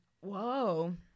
whoa